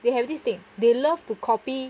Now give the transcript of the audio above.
they have this thing they love to copy